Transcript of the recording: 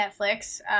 Netflix